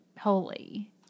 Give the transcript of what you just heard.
holy